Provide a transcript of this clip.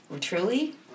truly